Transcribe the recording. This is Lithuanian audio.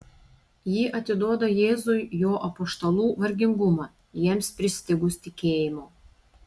ji atiduoda jėzui jo apaštalų vargingumą jiems pristigus tikėjimo